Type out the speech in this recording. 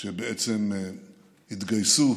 שבעצם התגייסו